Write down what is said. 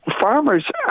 farmers